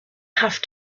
have